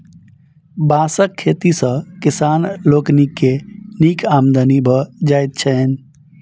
बाँसक खेती सॅ किसान लोकनि के नीक आमदनी भ जाइत छैन